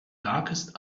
darkest